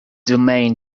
domain